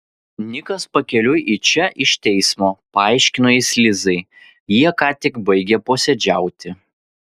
nikas pakeliui į čia iš teismo paaiškino jis lizai jie ką tik baigė posėdžiauti